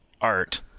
art